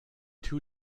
two